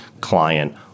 client